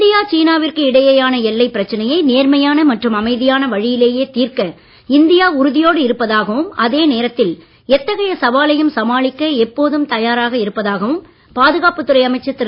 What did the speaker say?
India China விற்கு இடையேயான எல்லைப் பிர்ச்சனையை நேர்மையான மற்றும் அமைதியான வழியிலேயே தீர்க்க இந்தியா உறுதியோடு இருப்பதாகவும் அதே நேரத்தில் எத்தகைய சவாலையும் சமாளிக்க எப்போதும் தயாராக இருப்பதாகவும் பாதுகாப்புத் துறை அமைச்சர் திரு